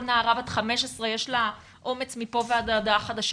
נערה בת 15 יש אומץ מפה עד הודעה חדשה.